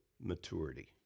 maturity